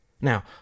Now